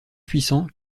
puissant